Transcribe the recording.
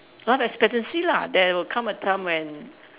life expectancy lah there would come a time when